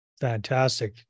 Fantastic